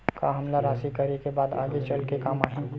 का हमला राशि करे के बाद आगे चल के काम आही?